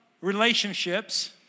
relationships